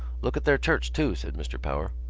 look at their church, too, said mr. power.